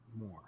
more